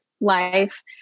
life